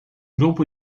grupo